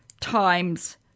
times